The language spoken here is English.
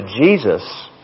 Jesus